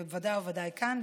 וודאי ובוודאי כאן,